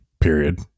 period